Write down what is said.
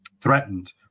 threatened